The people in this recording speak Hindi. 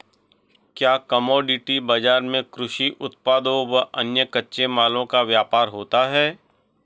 क्या कमोडिटी बाजार में कृषि उत्पादों व अन्य कच्चे मालों का व्यापार होता है?